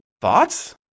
thoughts